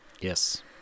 Yes